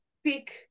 speak